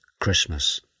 Christmas